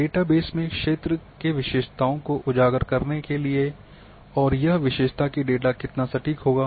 data base में क्षेत्र के विशेषताओं को उजागर करने के लिए और यह विशेषता कि डेटा कितना सटीक होगा